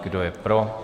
Kdo je pro?